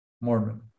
Mormon